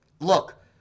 look